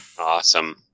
awesome